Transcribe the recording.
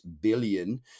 billion